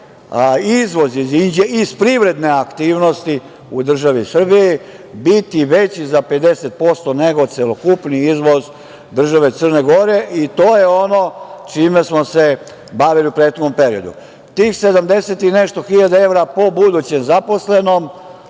iz privredne aktivnosti u državi Srbiji biti veći za 50% nego celokupni izvoz države Crne Gore. To je ono čime smo se bavili u prethodnom periodu. Tih 70 i nešto hiljada evra po budućem zaposlenom